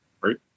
right